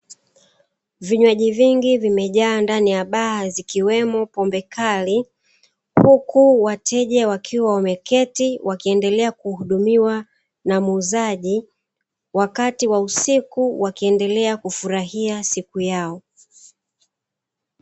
Vinywaji vingi vimejaa ndani ya baa, zikiwemo pombe kali huku wateja wakiwa wameketi wakiendelea kuhudumiwa na muuzaji wakati wa usiku wakiendelea kufurahia siku yao.